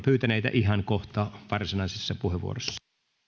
pyytäneistä ihan kohta varsinaisessa puheenvuorossa